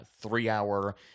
three-hour